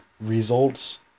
results